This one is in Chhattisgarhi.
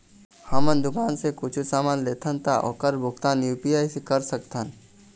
हमन दुकान से कुछू समान लेथन ता ओकर भुगतान यू.पी.आई से कर सकथन?